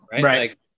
right